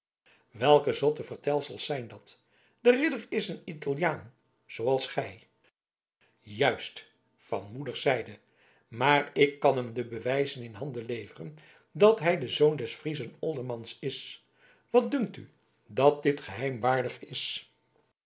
welke zotte vertelsels zijn dat die ridder is een italiaan zooals gij juist van moederszijde maar ik kan hem de bewijzen in handen leveren dat hij de zoon des frieschen oldermans is wat dunkt u dat dit geheim waardig is